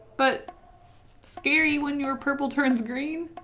but scary when your purple turns green.